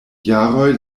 jaroj